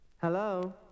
Hello